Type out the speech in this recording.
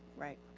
right.